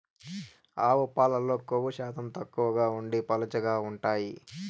ఆవు పాలల్లో కొవ్వు శాతం తక్కువగా ఉండి పలుచగా ఉంటాయి